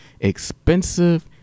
expensive